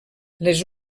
les